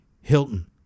Hilton